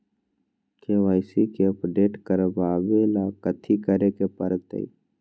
KYC के update करवावेला कथि करें के परतई?